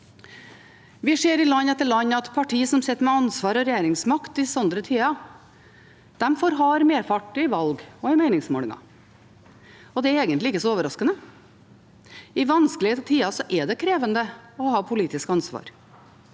Vi ser i land etter land at partier som sitter med ansvar og regjeringsmakt i slike tider, får hard medfart i valg og meningsmålinger. Det er egentlig ikke så overraskende. I vanskelige tider er det krevende å ha politisk ansvar.